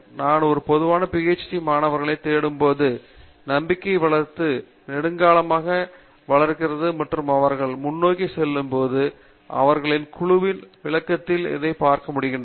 நான் ஒரு பொதுவான PhD மாணவர்களை தேடும் போது நம்பிக்கை வளர்ந்து நெடுங்காலமாக வளர்கிறது மற்றும் அவர்கள் முன்னோக்கி செல்லும்போது அவர்களின் குழுவின் விளக்கத்தில் இதை பார்க்க முடிகிறது